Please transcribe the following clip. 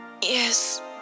Yes